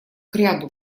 кряду